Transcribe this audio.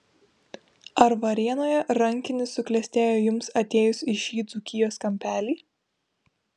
ar varėnoje rankinis suklestėjo jums atėjus į šį dzūkijos kampelį